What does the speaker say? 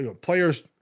players